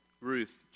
Ruth